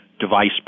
device